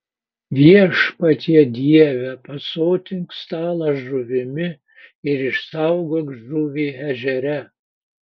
viešpatie dieve pasotink stalą žuvimi ir išsaugok žuvį ežere